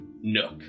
nook